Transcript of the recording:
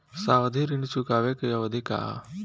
सावधि ऋण चुकावे के अवधि का ह?